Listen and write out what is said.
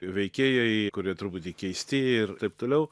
veikėjai kurie truputį keisti ir taip toliau